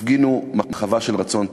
תפגינו מחווה של רצון טוב,